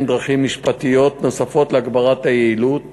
דרכים משפטיות נוספות להגברת היעילות